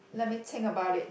let me think about it